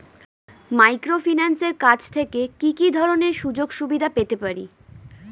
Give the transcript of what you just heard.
মাইক্রোফিন্যান্সের কাছ থেকে কি কি ধরনের সুযোগসুবিধা পেতে পারি?